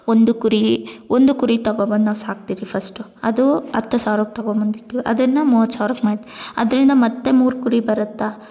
ಒಂದು ಕುರಿ ಒಂದು ಕುರಿ ತಗೊಬಂದು ನಾವು ಸಾಕ್ತಿರಿ ಫಸ್ಟು ಅದೂ ಹತ್ತು ಸಾವಿರಕ್ಕೆ ತಗೊಬಂದಿರ್ತಿವಿ ಅದನ್ನು ಮೂವತ್ತು ಸಾವಿರಕ್ಕೆ ಮಾಡಿ ಅದರಿಂದ ಮತ್ತು ಮೂರು ಕುರಿ ಬರುತ್ತಾ